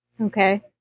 Okay